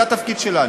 זה התפקיד שלנו.